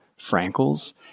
Frankel's